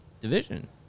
Division